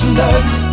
love